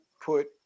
put